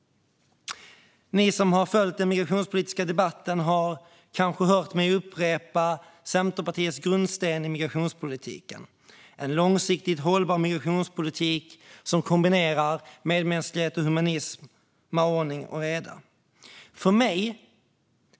Ni som har följt den migrationspolitiska debatten har kanske hört mig upprepa Centerpartiets grundsten i migrationspolitiken - en långsiktigt hållbar migrationspolitik som kombinerar medmänsklighet och humanism med ordning och reda.